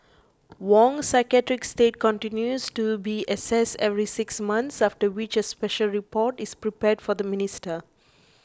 Wong's psychiatric state continues to be assessed every six months after which a special report is prepared for the minister